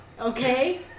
Okay